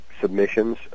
submissions